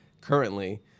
currently